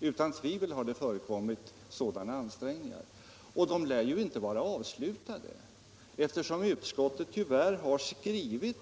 Utan tvivel har det förekommit sådana ansträngningar. Och de lär inte vara avslutade. eftersom utskottet tyvärr skrivit